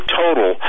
total